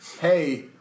Hey